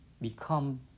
become